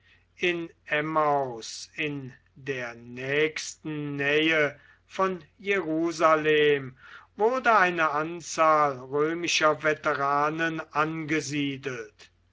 in emmaus in der nächsten nähe von jerusalem wurde eine anzahl römischer veteranen angesiedelt